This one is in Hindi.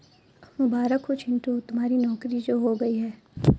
मुबारक हो चिंटू तुम्हारी नौकरी जो हो गई है